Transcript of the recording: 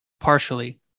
partially